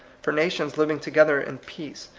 for nations living together in peace,